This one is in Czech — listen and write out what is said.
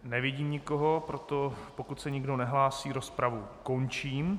Nevidím nikoho, proto pokud se nikdo nehlásí, rozpravu končím.